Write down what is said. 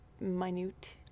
minute